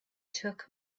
took